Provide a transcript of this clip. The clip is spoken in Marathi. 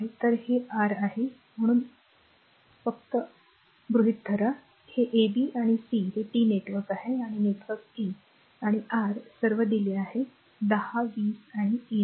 तर हे r आहे फक्त एक दाबून ठेवा हे a b आणि c हे T नेटवर्क आहे नेटवर्क a a आणि r R सर्व दिले आहेत 10 20 आणि a0